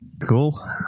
Cool